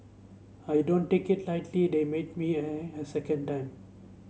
I don't take it lightly they made me a a second time